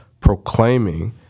proclaiming